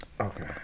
Okay